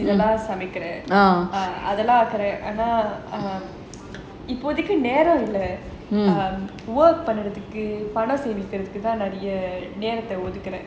சமைக்குறேன் அதுலாம் இப்போதிக்கு நேரம் இல்ல பண்றதுக்கு பணம் சேமிக்கிறதுக்கு தான் நிறையா நேரத்த ஒத்துக்குறேன்:samikuraen athulaam ippothikku neram illa pandrathuku panam saemikirathuku thaan niraiyaa neratha othukkuraen